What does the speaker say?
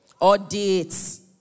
audits